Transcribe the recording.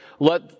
let